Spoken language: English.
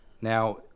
Now